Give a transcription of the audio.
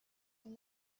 and